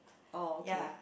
oh okay